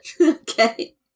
Okay